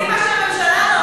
ועושים מה שהממשלה לא עושה,